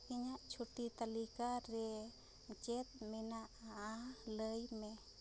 ᱤᱧᱟᱹᱜ ᱪᱷᱩᱴᱤ ᱛᱟᱹᱞᱤᱠᱟᱨᱮ ᱪᱮᱫ ᱢᱮᱱᱟᱜᱼᱟ ᱞᱟᱹᱭᱢᱮ